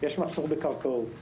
יש מחסור בקרקעות,